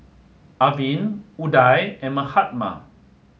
Arvind Udai and Mahatma